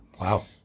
Wow